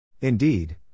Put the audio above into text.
Indeed